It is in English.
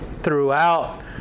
throughout